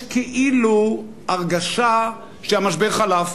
יש כאילו הרגשה שהמשבר חלף.